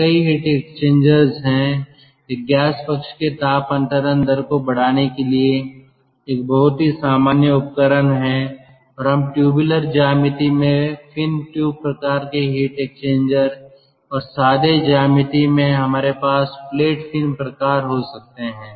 तो कई heat exchangers हैं यह गैस पक्ष के ताप अंतरण दर को बढ़ाने के लिए एक बहुत ही सामान्य उपकरण है और हम ट्यूबलर ज्यामिति में फिन ट्यूब प्रकार के हीट एक्सचेंजर और सादे ज्यामिति में हमारे पास प्लेट फिन प्रकार हो सकते हैं